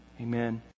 Amen